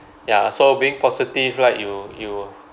ya so being positive right you you